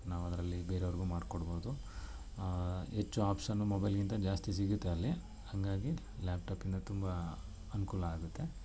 ನಾವದರಲ್ಲಿ ಬೇರೆಯವ್ರಿಗೂ ಮಾಡಿಕೊಡ್ಬೋದು ಹೆಚ್ಚು ಆಪ್ಶನು ಮೊಬೈಲಿಗಿಂತ ಜಾಸ್ತಿ ಸಿಗುತ್ತೆ ಅಲ್ಲಿ ಹಾಗಾಗಿ ಲ್ಯಾಪ್ಟಾಪಿಂದ ತುಂಬ ಅನುಕೂಲ ಆಗುತ್ತೆ